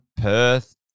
Perth